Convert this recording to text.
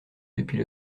depuis